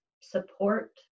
support